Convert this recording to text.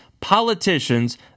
politicians